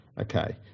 okay